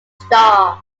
star